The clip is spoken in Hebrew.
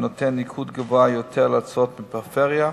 שנותן ניקוד גבוה יותר להצעות מהפריפריה,